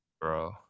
Bro